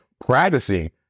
practicing